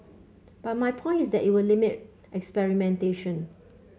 but my point is that it will limit experimentation